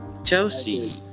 Chelsea